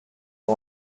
did